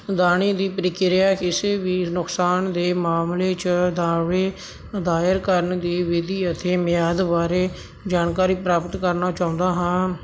ਦਾਣੇ ਦੀ ਪ੍ਰਕਿਰਿਆ ਕਿਸੇ ਵੀ ਨੁਕਸਾਨ ਦੇ ਮਾਮਲੇ 'ਚ ਦਾਅਵੇ ਦਾਇਰ ਕਰਨ ਦੀ ਵਿਧੀ ਅਤੇ ਮਿਆਦ ਬਾਰੇ ਜਾਣਕਾਰੀ ਪ੍ਰਾਪਤ ਕਰਨਾ ਚਾਹੁੰਦਾ ਹਾਂ